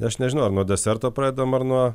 aš nežinau ar nuo deserto pradedam ar nuo